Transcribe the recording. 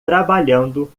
trabalhando